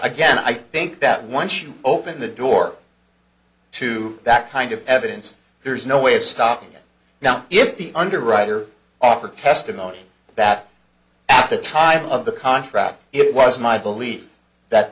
again i think that once you open the door to that kind of evidence there's no way of stopping it now if the underwriter offered testimony that at the time of the contract it was my belief that